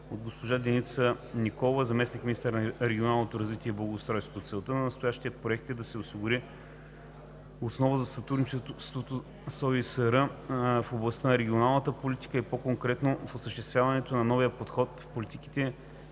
от госпожа Деница Николова – заместник-министър на регионалното развитие и благоустройството. Целта на настоящия Проект е да се осигури основа за сътрудничеството с ОИСР в областта на регионалната политика и по-конкретно в осъществяването на новия подход в политиката